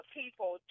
people